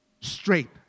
Straight